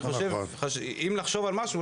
נחשוב על משהו,